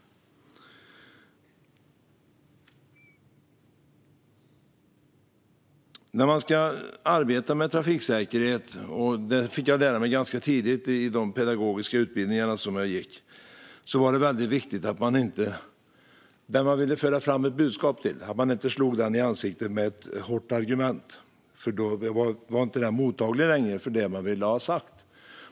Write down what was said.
I de pedagogiska utbildningar jag gått fick jag tidigt lära mig att om man ska arbeta med trafiksäkerhet är det viktigt att inte slå ett hårt argument i ansiktet på den som man vill föra fram ett budskap till, för då blir personen inte mottaglig för det man vill ha sagt.